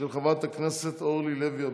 של חברת הכנסת אורלי לוי אבקסיס.